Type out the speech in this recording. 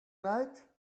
night